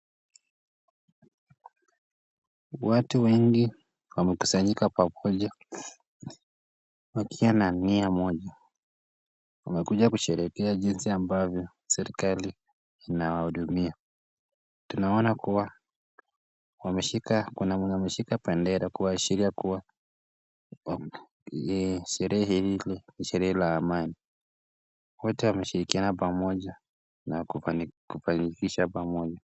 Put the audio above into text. Watu wengi wamekusanyika pamoja wakiwa na nia moja, wamekuja kusherekea jinsi ambavyo serekali inawahudumia. Tunaona kuwa kuna mwenye ameshika bendera, kuashiria kuwa sherehe hilo ni sherehe la amani, wote wameshirikiana pamoja na kupanikisah pamoja.